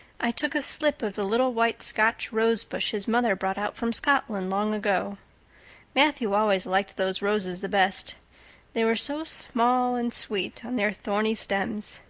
i took a slip of the little white scotch rosebush his mother brought out from scotland long ago matthew always liked those roses the best they were so small and sweet on their thorny stems.